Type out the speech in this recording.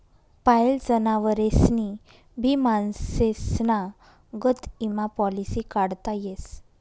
पायेल जनावरेस्नी भी माणसेस्ना गत ईमा पालिसी काढता येस